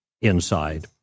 inside